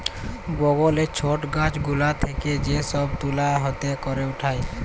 বগলে ছট গাছ গুলা থেক্যে যে সব তুলা হাতে ক্যরে উঠায়